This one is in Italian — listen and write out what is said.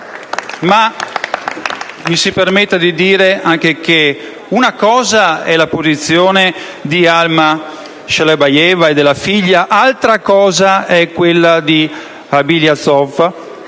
Mi si permetta di dire anche che una cosa è la posizione di Alma Shalabayeva e della figlia, altra cosa è quella di Ablyazov,